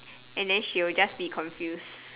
and then she will just be confuse